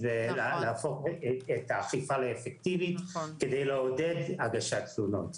להפוך את האכיפה לאפקטיבית כדי לעודד הגשת תלונות.